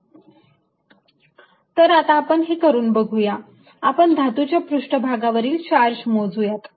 Vxyzq4π01x2y2z z02 1x2y2zz02 E V तर आता आपण हे करून बघूया आपण धातूच्या पृष्ठभागावरील चार्ज मोजूयात